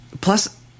Plus